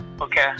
Okay